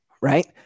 right